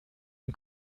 den